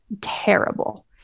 terrible